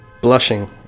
Blushing